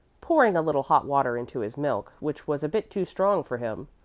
pouring a little hot water into his milk, which was a bit too strong for him,